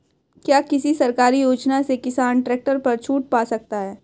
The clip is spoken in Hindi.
क्या किसी सरकारी योजना से किसान ट्रैक्टर पर छूट पा सकता है?